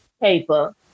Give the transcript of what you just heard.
paper